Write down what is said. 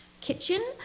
kitchen